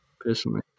personally